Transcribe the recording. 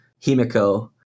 Himiko